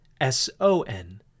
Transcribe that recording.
S-O-N